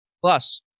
Plus